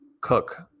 Cook